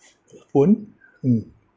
phone mm